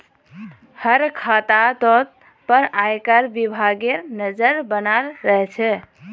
हर खातातोत पर आयकर विभागेर नज़र बनाल रह छे